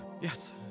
Yes